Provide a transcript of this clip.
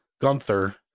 Gunther